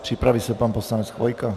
Připraví se pan poslanec Chvojka.